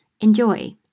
enjoy